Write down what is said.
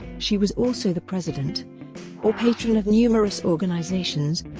she was also the president or patron of numerous organisations,